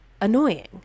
annoying